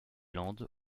landes